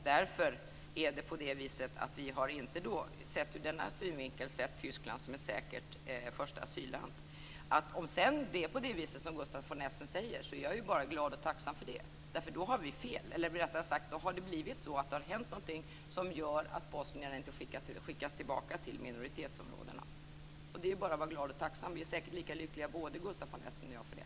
Därför har vi ur den synvinkeln inte sett Tyskland som ett säkert första asylland. Om det är på det viset som Gustaf von Essen säger är jag bara glad och tacksam. Då har det hänt någonting som gör att bosnier inte skickas tillbaka till minoritetsområden. Det är bara att vara glad och tacksam för det. Vi är säkert lika lyckliga, både Gustaf von Essen och jag, för det.